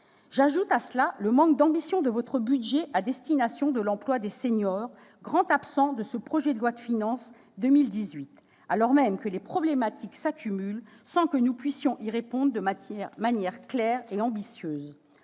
J'ajoute à ce tableau le manque d'ambition de votre budget à destination de l'emploi des seniors, grand absent de ce projet de loi de finances pour 2018, alors même que les problèmes s'accumulent sans que nous puissions y répondre de manière claire et volontaire.